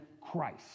Christ